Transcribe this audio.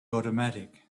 automatic